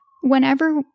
whenever